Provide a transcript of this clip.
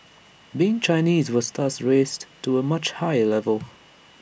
being Chinese was thus raised to A much higher level